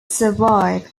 survive